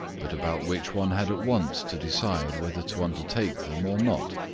but about which one had at once to decide whether to undertake them or not.